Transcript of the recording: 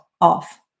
off